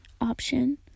option